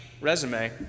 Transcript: resume